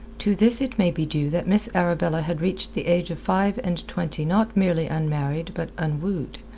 to this it may be due that miss arabella had reached the age of five and twenty not merely unmarried but unwooed.